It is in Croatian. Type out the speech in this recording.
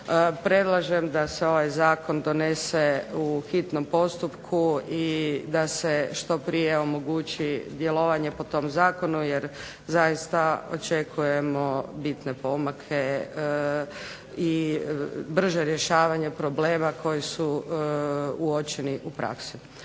predlažem da se ovaj zakon donese u hitnom postupku i da se što prije omogući djelovanje po tom zakonu, jer zaista očekujemo bitne pomake i brže rješavanje problema koji su uočeni u praksi.